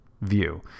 view